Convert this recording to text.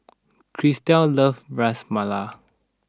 Christel loves Ras Malai